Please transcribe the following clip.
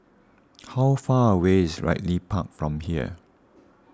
how far away is Ridley Park from here